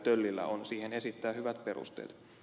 töllillä on siihen esittää hyvät perusteet